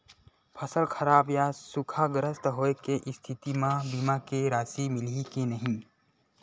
फसल खराब या सूखाग्रस्त होय के स्थिति म बीमा के राशि मिलही के नही?